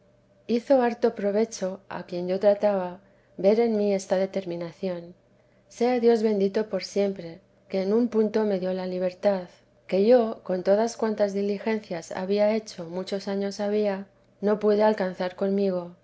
hizo harto provecho a quien yo trataba ver en mí esta determinación sea dios bendito por siempre que en un punto me dio la libertad que yo con todas cuantas diligencias había hecho muchos años había no pude alcanzar conmigo